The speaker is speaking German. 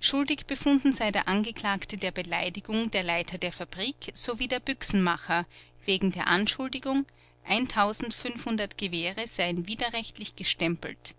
schuldig befunden sei der angeklagte der beleidigung der leiter der fabrik sowie der büchsenmacher wegen der anschuldigung gewehre seien widerrechtlich gestempelt